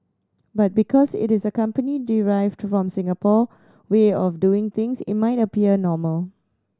but because it is a company derived from Singapore way of doing things it might appear normal